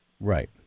Right